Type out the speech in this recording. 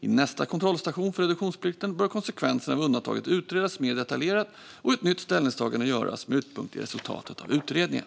I nästa kontrollstation för reduktionsplikten bör konsekvenserna av undantaget utredas mer detaljerat och ett nytt ställningstagande göras med utgångspunkt i resultatet av utredningen.